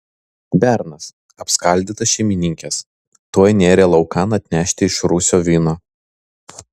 bernas apskaldytas šeimininkės tuoj nėrė laukan atnešti iš rūsio vyno